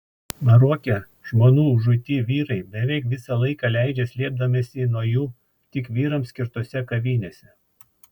maroke žmonų užuiti vyrai beveik visą laiką leidžia slėpdamiesi nuo jų tik vyrams skirtose kavinėse